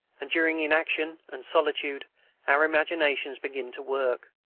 and during inaction and solitude our imaginations begin to work.